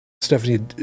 Stephanie